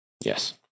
Yes